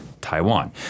Taiwan